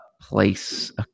place